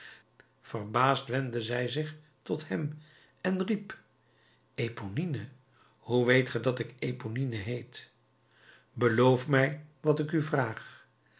verbaasd wendde zij zich tot hem en riep eponine hoe weet ge dat ik eponine heet beloof mij wat ik u vraag